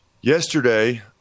Yesterday